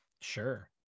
Sure